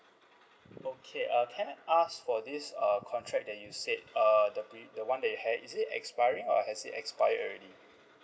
okay uh can I ask for this uh contract that you said err the pre~ the [one] that you had is it expiring or has it expired already